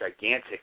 gigantic